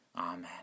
Amen